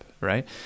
right